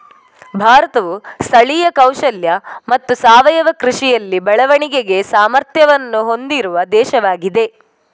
ಭಾರತವು ಸ್ಥಳೀಯ ಕೌಶಲ್ಯ ಮತ್ತು ಸಾವಯವ ಕೃಷಿಯಲ್ಲಿ ಬೆಳವಣಿಗೆಗೆ ಸಾಮರ್ಥ್ಯವನ್ನು ಹೊಂದಿರುವ ದೇಶವಾಗಿದೆ